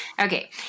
Okay